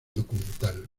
documental